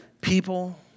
people